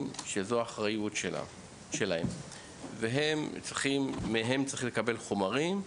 שזו האחריות שלהם ומהם צריכים לקבל את החומרים.